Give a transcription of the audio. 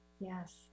Yes